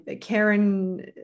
Karen